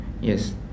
yes